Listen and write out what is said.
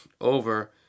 over